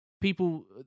people